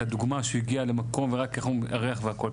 את הדוגמה שהוא הגיע למקום ורק הריח והכול.